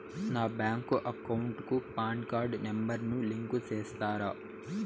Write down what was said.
నా bank account కు PAN card number ను లింకు సేస్తారా?